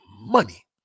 money